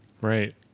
right